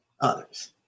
others